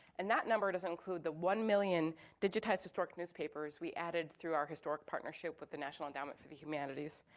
and that number doesn't include the one million digitized historic newspapers we added through our historic partnership with the national endowment for the humanities.